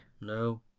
No